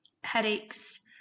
headaches